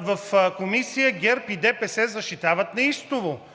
в Комисията ГЕРБ и ДПС защитават неистово,